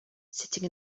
sitting